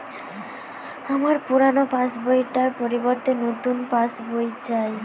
আমার পুরানো পাশ বই টার পরিবর্তে নতুন পাশ বই চাই